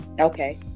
Okay